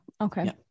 Okay